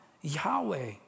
Yahweh